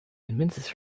convinces